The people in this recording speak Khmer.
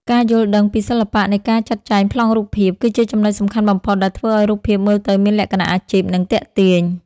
ការយល់ដឹងពីសិល្បៈនៃការចាត់ចែងប្លង់រូបភាព គឺជាចំណុចសំខាន់បំផុតដែលធ្វើឱ្យរូបភាពមើលទៅមានលក្ខណៈអាជីព និងទាក់ទាញ។